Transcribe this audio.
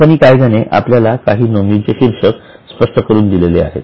company कायद्याने आपल्याला काही नोंदीचे शीर्षक स्पष्ट करून दिलेली आहेत